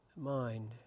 mind